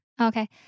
Okay